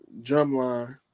Drumline